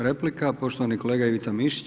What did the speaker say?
Replika, poštovani kolega Ivica Mišić.